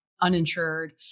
uninsured